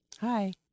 Hi